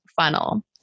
funnel